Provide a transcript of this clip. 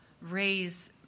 raise